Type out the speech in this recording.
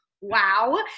wow